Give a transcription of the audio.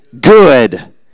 good